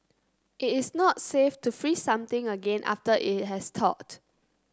it is not safe to freeze something again after it has thawed